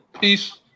peace